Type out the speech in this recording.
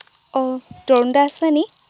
অ' তৰুণ দা আছে নি